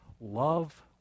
Love